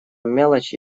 мелочи